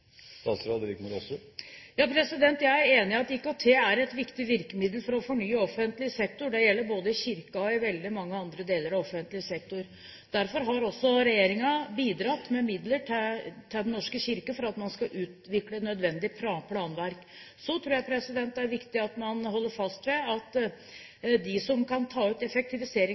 Jeg er enig i at IKT er et viktig virkemiddel for å fornye offentlig sektor – det gjelder både Kirken og veldig mange andre deler av offentlig sektor. Derfor har også regjeringen bidratt med midler til Den norske kirke for at man skal utvikle nødvendig planverk. Så tror jeg det er viktig at man holder fast ved at de som kan ta ut